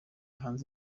hanze